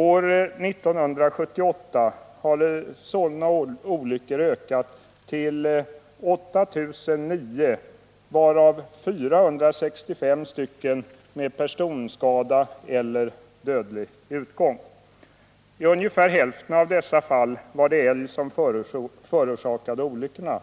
År 1978 hade antalet sådana olyckor ökat till 8 009, varav 465 med personskada eller dödlig utgång. I ungefär hälften av dessa fall var det älg som förorsakade olyckorna.